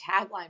tagline